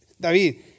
David